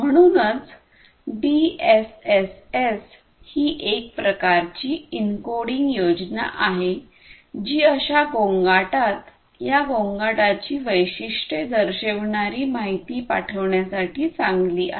म्हणूनच डीएसएसएस ही एक प्रकारची एन्कोडिंग योजना आहेजि अशा गोंगाटात या गोंगाटाची वैशिष्ट्ये दर्शविणारी माहिती पाठविण्यासाठी चांगली आहे